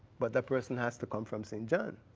but that person has to come from st. john.